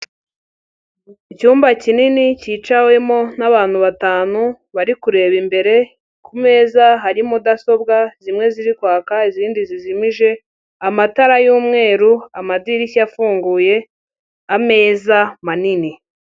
Icyumba kinini cyicawemo n'abantu batanu bari kureba imbere. Ku meza hari mudasobwa, zimwe ziri kwaka izindi zijimije. Amatara y'umweru, amadirishya afunguye, ameza manini.